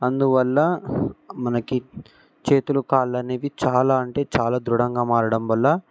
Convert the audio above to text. అందువల్ల మనకి చేతులు కాళ్లనేవి చాలా అంటే చాలా దృఢంగా మారడం వల్ల